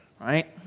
right